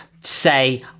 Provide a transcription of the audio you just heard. say